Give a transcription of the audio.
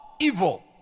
evil